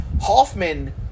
Hoffman